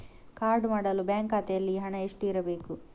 Card ಮಾಡಲು bank ಖಾತೆಯಲ್ಲಿ ಹಣ ಎಷ್ಟು ಇರಬೇಕು?